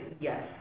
Yes